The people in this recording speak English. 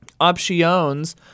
options